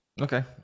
okay